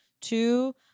two